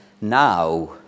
Now